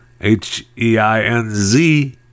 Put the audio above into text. H-E-I-N-Z